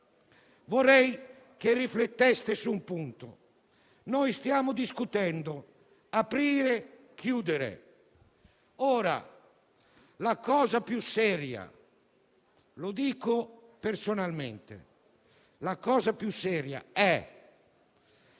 Vorrei che rifletteste su un punto: stiamo discutendo su aprire o chiudere. La cosa più seria - lo dico personalmente -